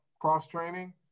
cross-training